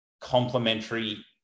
Complementary